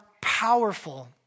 powerful